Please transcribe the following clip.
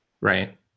Right